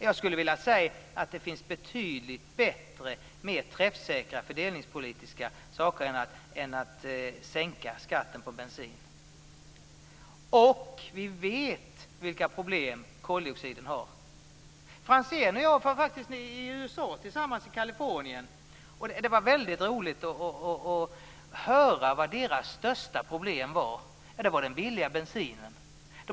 Det finns betydligt bättre och mer träffsäkra fördelningspolitiska åtgärder än att sänka skatten på bensin. Vi vet vilka problem koldioxiden medför. Franzén och jag var tillsammans i USA, i Kalifornien. Det var väldigt roligt att höra om det största problemet där. Jo, det var den billiga bensinen.